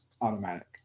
automatic